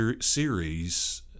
series